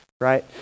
right